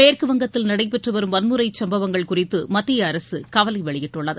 மேற்குவங்கத்தில் நடைபெற்றுவரும் வன்முறைச் சம்பவங்கள் குறித்து மத்திய அரசு கவலை வெளியிட்டுள்ளது